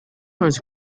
rose